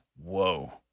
whoa